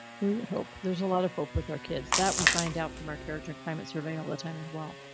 we would hope there's a lot of hope with our kids that we find out from our character climate survey all the time as well.